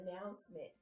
announcement